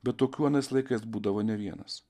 bet tokių anais laikais būdavo ne vienas